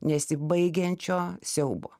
nesibaigiančio siaubo